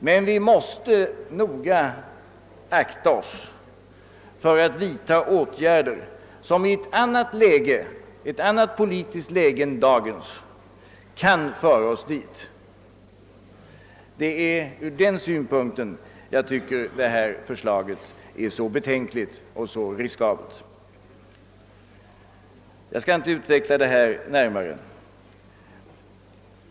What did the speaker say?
Men vi måste noga akta oss för att vidta åtgärder som i ett annat politiskt läge än dagens kan föra oss dit. Det är ur den synpunkten jag tycker detta förslag är så betänkligt och så riskabelt. Jag skall inte utveckla detta närmare.